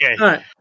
okay